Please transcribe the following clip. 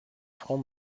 franc